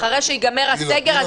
אחרי שייגמר הסגר,